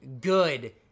good